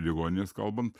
ligonines kalbant